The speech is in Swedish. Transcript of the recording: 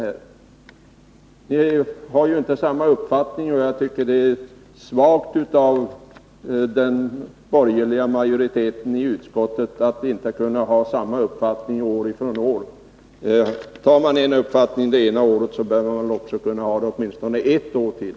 Jag tycker att det är svagt av den borgerliga majoriteten i utskottet att inte kunna ha samma uppfattning från ett år till ett annat. Har man en uppfattning det ena året, bör man väl kunna ha den åtminstone ett år till.